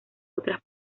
otras